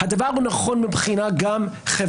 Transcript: הדבר הוא נכון גם מהבחינה החברתית.